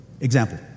Example